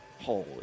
Holy